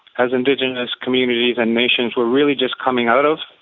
as indigenous communities and nations, we are really just coming out of.